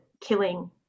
killing